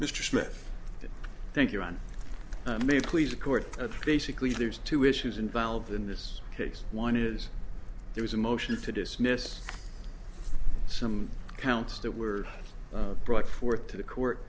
mr smith thank you and may please the court basically there's two issues involved in this case one is there was a motion to dismiss some counts that were brought forth to the court